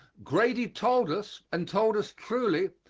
grady told us, and told us truly,